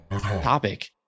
topic